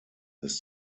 ist